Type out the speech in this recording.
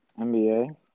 NBA